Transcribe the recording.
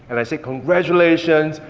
and i said, congratulations,